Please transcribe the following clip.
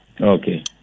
Okay